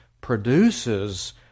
produces